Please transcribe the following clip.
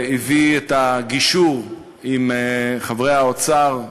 והביא את הגישור עם אנשי האוצר,